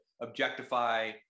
objectify